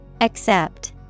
Accept